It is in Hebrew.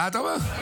מה אתה אומר?